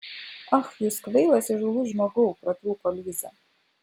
ach jūs kvailas įžūlus žmogau pratrūko liza